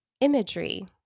imagery